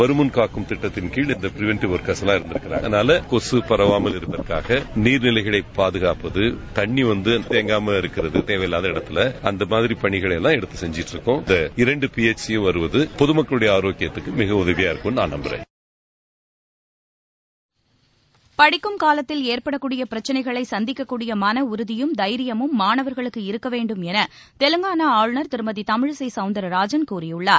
வரும் முன் காப்போம் கிட்டத்தின் கீழ் பிரிவெண்டவ் வொர்க்கர்ஸ் இருந்திருக்காங்க அதனால் கொக பரவாமல் இருப்பதற்காக நீர் நிலைகளை பாதகாப்பது தண்ணீர் தேங்காமல் இரப்பது தேவையில்லாத இடங்களில் அந்த மாதிரி பணிகளைபெல்லாம் எடுத்து செய்தகிட்டு இருக்கோம் இரண்டு பிஷைச் வருவது பொது மக்களுடய ஆரோக்கியத்திற்கு உதவியாக இருக்கும் என்று நான் நம்பறேன் படிக்கும் காலத்தில் ஏற்படக் கூடிய பிரச்னைகளை சந்திக்கக் கூடிய மனஉறுதியும் தைரியமும் மாணவர்களுக்கு இருக்க வேண்டும் என தெலங்கானா ஆளுநர் திருமதி தமிழிசை சவுந்தரராஜன் கூறியுள்ளார்